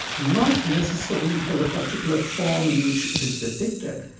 not necessarily for the particular form in which it is depicted,